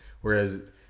Whereas